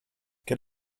get